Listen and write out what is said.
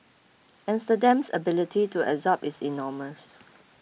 Amsterdam's ability to absorb is enormous